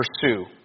pursue